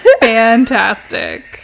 fantastic